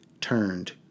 turned